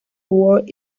world